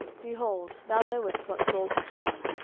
behold, thou knowest what saul hath done,